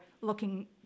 looking